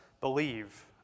believe